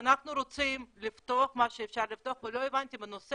-- אנחנו רוצים לפתוח מה שאפשר לפתוח ולא הבנתי למה